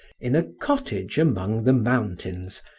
in a cottage among the mountains,